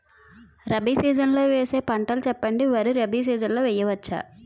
Rabi season లో వేసే పంటలు చెప్పండి? వరి రబీ సీజన్ లో వేయ వచ్చా?